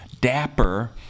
Dapper